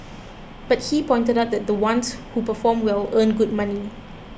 but he pointed out that the ones who perform well earn good money